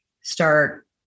start